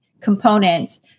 components